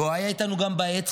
והוא היה איתנו גם בעצב,